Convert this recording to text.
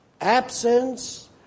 absence